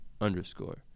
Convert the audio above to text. underscore